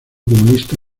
comunista